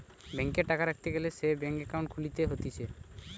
ব্যাংকে টাকা রাখতে গ্যালে সে ব্যাংকে একাউন্ট খুলতে হতিছে